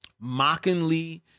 mockingly